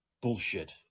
Bullshit